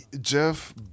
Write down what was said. Jeff